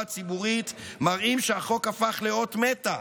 הציבורית מראים שהחוק הפך לאות מתה,